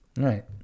Right